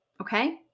Okay